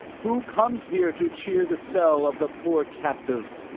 who comes here to cheer the cell of the poor captive?